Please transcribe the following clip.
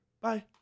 Bye